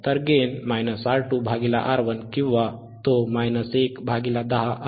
तर गेन R2R1किंवा तो 110 आहे